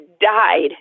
died